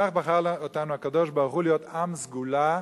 כך בחר אותנו הקדוש-ברוך-הוא, להיות עם סגולה,